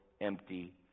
empty